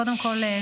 קודם כול,